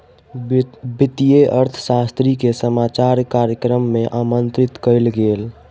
वित्तीय अर्थशास्त्री के समाचार कार्यक्रम में आमंत्रित कयल गेल